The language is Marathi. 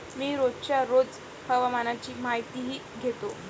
मी रोजच्या रोज हवामानाची माहितीही घेतो